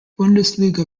bundesliga